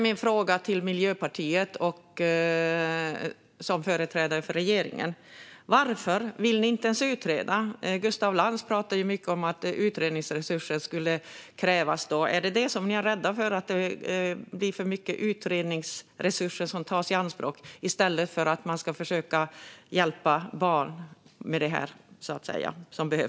Min fråga till Miljöpartiet som företrädare för regeringen är: Varför vill ni inte ens utreda det här? Gustaf Lantz talade mycket om att utredningsresurser skulle krävas. Är ni rädda för att för mycket utredningsresurser tas i anspråk? Barn behöver ju hjälp med det här.